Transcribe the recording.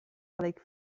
avec